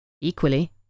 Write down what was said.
Equally